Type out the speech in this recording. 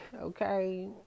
okay